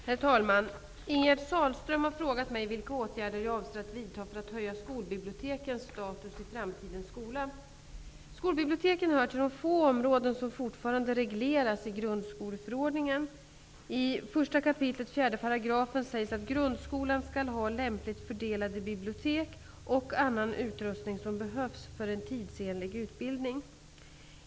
Herr talman! Ingegerd Sahlström har frågat mig vilka åtgärder jag avser att vidta för att höja skolbibliotekens status i framtidens skola. Skolbiblioteken hör till de få områden som fortfarande regleras i grundskoleförordningen. I 1 kap. 4 § sägs att grundskolan skall ha lämpligt fördelade bibliotek och annan utrustning som behövs för en tidsenlig utbildning.